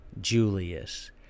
Julius